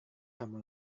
kamu